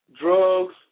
drugs